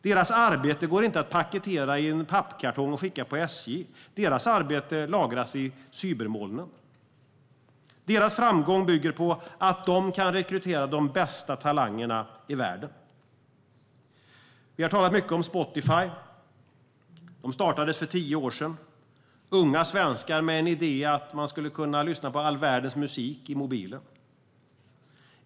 Deras arbete går inte att paketera i en pappkartong och skicka med SJ. Deras arbete lagras i cybermolnen. Deras framgång bygger på att de kan rekrytera de bästa talangerna i världen. Vi har talat mycket om Spotify, som startades för tio år sedan. Det var unga svenskar med en idé om att man skulle kunna lyssna på all världens musik i mobilen.